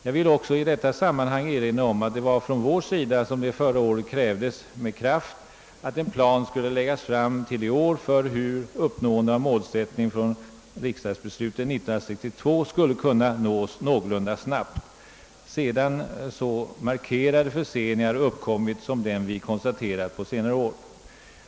Jag vill i detta sammanhang också erinra om att vi förra året med kraft yrkade, att en plan skulle läggas fram bill i år om hur det mål som sattes i riksdagsbeslutet 1962 skulle kunna nås någorlunda snabbt, sedan så markerade förseningar uppkommit som dem vi kunnat konstatera på senare år.